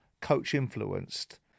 coach-influenced